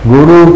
Guru